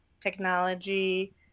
Technology